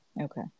Okay